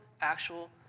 actual